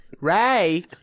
Ray